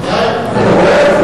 בוודאי.